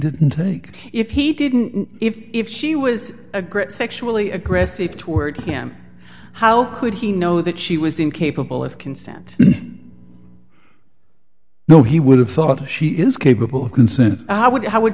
didn't take if he didn't if she was a great sexually aggressive toward him how could he know that she was incapable of consent no he would have thought she is capable of consent how would how would